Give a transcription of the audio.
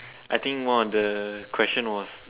I think one of the question was